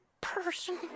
person